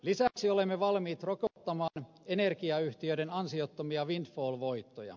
lisäksi olemme valmiit rokottamaan energiayhtiöiden ansiottomia windfall voittoja